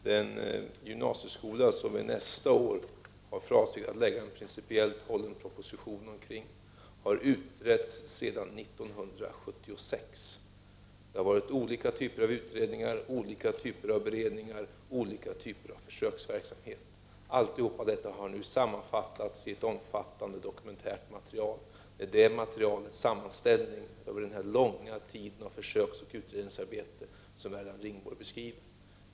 Herr talman! Den gymnasieskola som vi har för avsikt att nästa år lägga fram en principiellt hållen proposition om har utretts sedan 1976. Det har varit olika typer av utredningar, beredningar och försöksverksamhet. Allt detta har nu sammanfattats i ett omfångsrikt dokumentärt material. Det är sammanställningen av materialet från denna långa tid av försöksoch utredningsarbete som Erland Ringborg beskriver.